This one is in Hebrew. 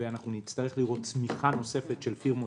ואנחנו נצטרך לראות צמיחה נוספת של פירמות